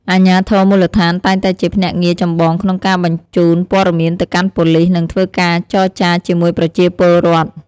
អាជ្ញាធរមូលដ្ឋានតែងតែជាភ្នាក់ងារចម្បងក្នុងការបញ្ជូនព័តមានទៅកាន់ប៉ូលីស និងធ្វើការចរចាជាមួយប្រជាពលរដ្ឋ។